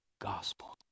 gospel